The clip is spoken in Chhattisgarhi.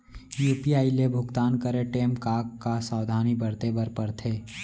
यू.पी.आई ले भुगतान करे टेम का का सावधानी बरते बर परथे